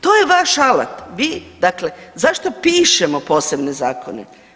To je vaš alat, vi, dakle zašto pišemo posebne zakone?